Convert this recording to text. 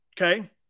Okay